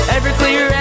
Everclear